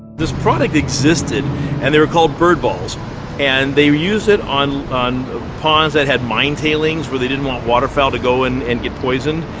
this product existed and they were called bird balls and they used it on on ponds that had mine tailings, where they didn't want waterfowl to go in and get poisoned.